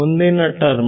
ಮುಂದಿನ ಟರ್ಮ